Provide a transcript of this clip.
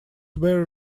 were